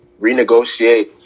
Renegotiate